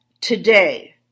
today